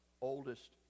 oldest